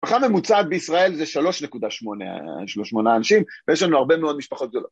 המשפחה הממוצעת בישראל זה 3.8 אנשים ויש לנו הרבה מאוד משפחות זולות